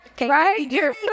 right